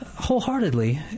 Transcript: wholeheartedly